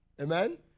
Amen